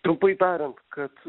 trumpai tariant kad